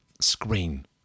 screen